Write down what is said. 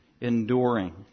Enduring